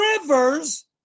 rivers